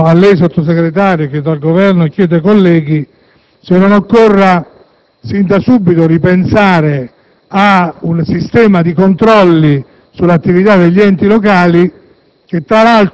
chiedo a lei, signor Sottosegretario, lo chiedo al Governo ed ai colleghi, se non occorra sin da subito ripensare ad un sistema di controlli sull'attività degli Enti locali